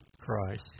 Christ